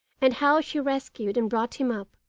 and how she rescued and brought him up,